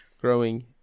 growing